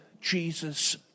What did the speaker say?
Jesus